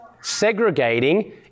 segregating